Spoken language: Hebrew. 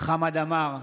חמד עמאר,